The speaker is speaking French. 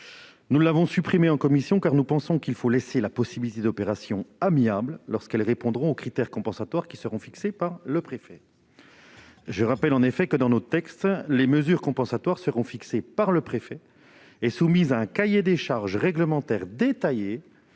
disposition en commission, car nous pensons qu'il faut laisser la possibilité d'opérations amiables lorsque celles-ci répondront aux critères compensatoires qui seront fixés par le préfet. En effet, en vertu de notre texte, les mesures compensatoires seront fixées par le préfet et soumises au cahier des charges réglementaires détaillé